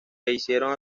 hicieron